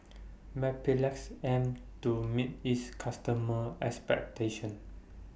Mepilex aims to meet its customers' expectations